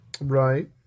Right